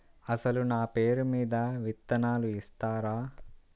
అసలు నా పేరు మీద విత్తనాలు ఇస్తారా?